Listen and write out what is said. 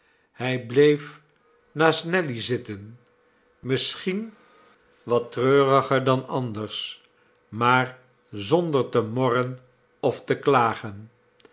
hij bleef naast nelly zitten misschien wat treuriger dan anders maar zonder te morren of te klagen